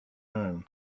home